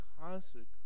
consecrate